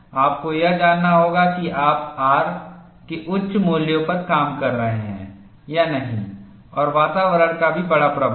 आपको यह जानना होगा कि आप R के उच्च मूल्यों पर काम कर रहे हैं या नहीं और वातावरण का भी बड़ा प्रभाव है